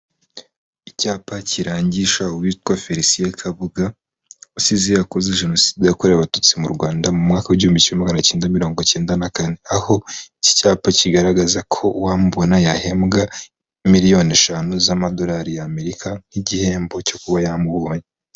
Icyapa kirangisha uwitwa felicien KABUGA wasize akoze jenoside yakorewe abatutsi mu Rwanda mu mwaka wigihumbi maganakenda mirongwikenda na kane, aho iki cyapa kigaragaza ko uwamubona yahembwa miliyoni eshanu z'amadolari y'amerika nk'igihembo cyo kuba yamubonye.